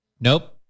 Nope